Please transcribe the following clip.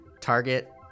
target